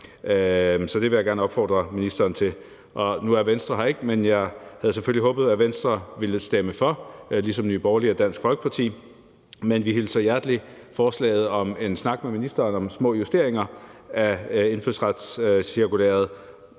Så det vil jeg gerne opfordre ministeren til. Nu er Venstre her ikke, men jeg havde selvfølgelig håbet, at Venstre ville stemme for forslaget ligesom Nye Borgerlige og Dansk Folkeparti. Men vi hilser forslaget om en snak med ministeren om små justeringer af indfødsretscirkulæret